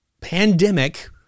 pandemic